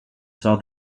saw